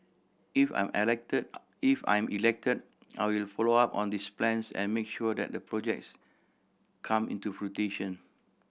if I'm if I'm elected I will follow up on these plans and make sure that the projects come into fruition